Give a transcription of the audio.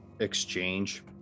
exchange